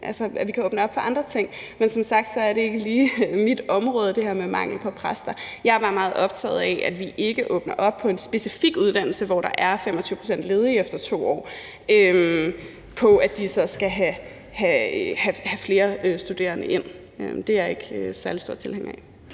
være, at vi kan åbne op for andre ting. Men som sagt er det her med mangel på præster ikke lige mit område. Jeg er bare meget optaget af, at vi ikke åbner op på en specifik uddannelse, hvor der er 25 pct. ledige efter 2 år, og at de så skal have flere studerende ind. Det er jeg ikke særlig stor tilhænger af.